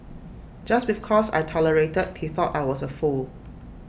just because I tolerated he thought I was A fool